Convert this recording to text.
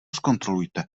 zkontrolujte